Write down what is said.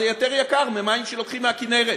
זה יותר יקר ממים שלוקחים מהכינרת.